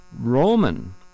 Roman